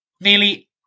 nearly